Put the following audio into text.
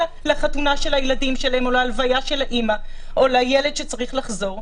לחתונה של הילדים שלהם או להלוויה של האימא או לילד שצריך לחזור.